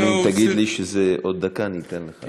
אדוני, תגיד לי שזה עוד דקה, אני אתן לך, בבקשה.